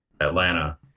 Atlanta